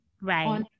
Right